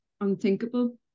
unthinkable